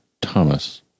Thomas